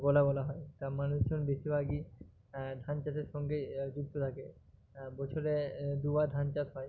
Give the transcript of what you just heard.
গোলা বলা হয় তা মানুষজন বেশিভাগই ধান চাষের সঙ্গে যুক্ত থাকে বছরে দুবার ধান চাষ হয়